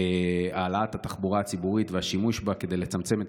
העלאת התחבורה הציבורית והשימוש בה כדי לצמצם את